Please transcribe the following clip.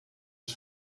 was